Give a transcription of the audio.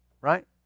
Right